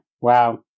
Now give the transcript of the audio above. wow